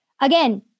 Again